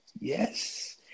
Yes